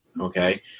Okay